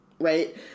right